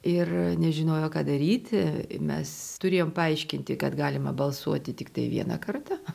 ir nežinojo ką daryti mes turėjom paaiškinti kad galima balsuoti tiktai vieną kartą